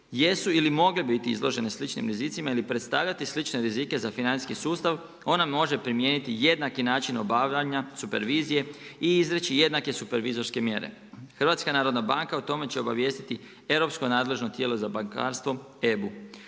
jesu ili mogle biti izložene sličnim rizicima ili predstavljati slične rizike za financijski sustav ona može primijeniti jednaki način obavljanja supervizije i izreći jednake supervizorske mjere. Hrvatska narodna banka o tome će obavijestiti europsko nadležno tijelo za bankarstvo EBU.